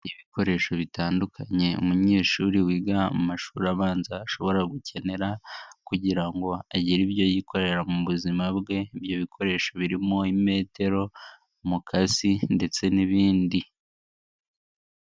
Ibikoresho bitandukanye umunyeshuri wiga amashuri abanza ashobora gukenera kugira agire ibyo yikorera mu buzima bwe, ibyo bikoresho birimo imetro, umukasi ndetse n'ibindi.